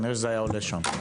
כנראה שזה היה עולה שם.